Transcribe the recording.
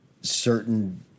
certain